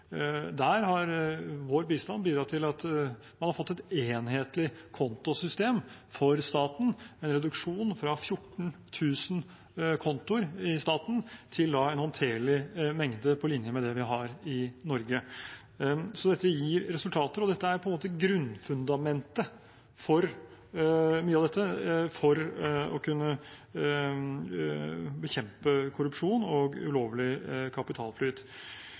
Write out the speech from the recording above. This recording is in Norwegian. der har vår bistand bidratt til at man har fått et enhetlig kontosystem for staten, en reduksjon fra 14 000 kontoer i staten til en håndterlig mengde på linje med det vi har i Norge. Så dette gir resultater, og mye av dette er på en måte grunnfundamentet for å kunne bekjempe korrupsjon og ulovlig kapitalflyt.